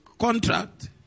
contract